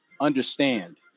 understand